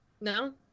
no